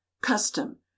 custom